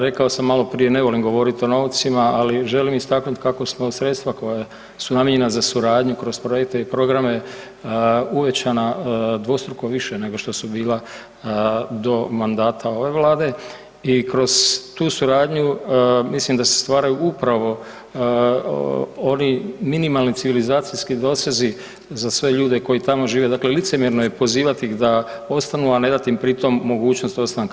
Rekao sam maloprije, ne volim govoriti o novcima, želim istaknut kako smo sredstva koja su namijenjena za suradnju kroz projekte i programe uvećana dvostruko više nego što su bila do mandata ove Vlade i kroz tu suradnju mislim da se stvaraju upravo oni minimalni civilizacijski dosezi za sve ljude koji tamo žive, dakle licemjerno je pozivati ih da ostanu a ne dati im pritom mogućnost ostanka.